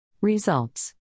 Results